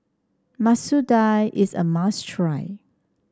Masoor Dal is a must try